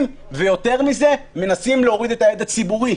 ויותר מזה מנסים להוריד את ההד הציבורי,